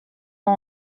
ont